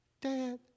Dad